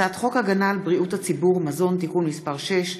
הצעת חוק הגנה על בריאות הציבור (מזון) (תיקון מס' 6)